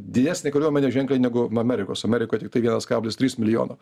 didesnė kariuomenė ženkliai negu amerikos amerikoj tiktai vienas kablis trys milijono